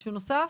מישהו נוסף?